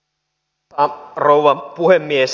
arvoisa rouva puhemies